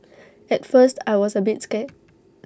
at first I was A bit scared